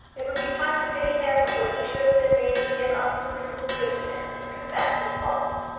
it would be time to pity him when he should have been made to give up the fruits of his wickedness and to confess his faults.